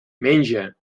menja